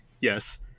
yes